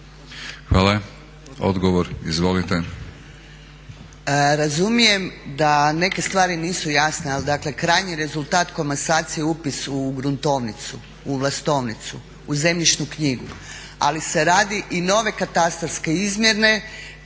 **Španjol, Snježana** Razumijem da neke stvari nisu jasne ali dakle krajnji rezultat komasacije je upisu u gruntovnicu, u vlastovnicu, u zemljišnu knjigu ali se radi i nove katastarske izmjere